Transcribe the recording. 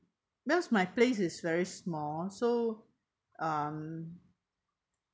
because my place is very small so um